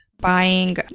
buying